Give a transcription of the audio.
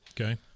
Okay